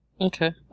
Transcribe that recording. Okay